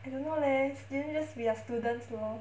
I don't know leh I think just we are students lor